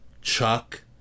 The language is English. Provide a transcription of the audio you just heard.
Chuck